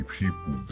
people